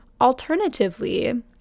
Alternatively